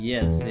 Yes